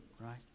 right